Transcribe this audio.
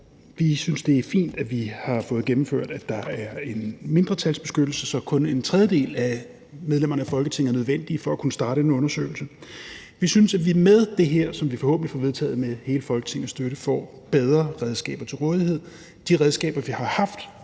Vi synes, det er fint, at vi har fået gennemført, at der er en mindretalsbeskyttelse, så kun en tredjedel af medlemmerne af Folketinget er nødvendigt for at kunne starte en undersøgelse. Vi synes, at vi med det her, som vi forhåbentlig får vedtaget med hele Folketingets støtte, får bedre redskaber til rådighed. De redskaber, vi har haft,